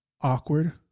awkward